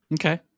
Okay